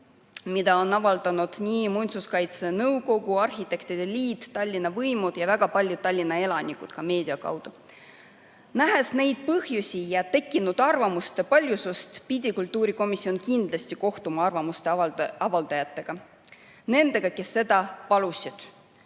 millest on rääkinud nii muinsuskaitse nõukogu, arhitektide liit, Tallinna võimud kui ka väga paljud Tallinna elanikud meedia kaudu. Nähes neid põhjusi ja tekkinud arvamuste paljusust, pidi kultuurikomisjon kindlasti kohtuma sellise arvamuse avaldajatega, nendega, kes seda palusid.